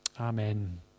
Amen